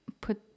put